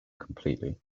completely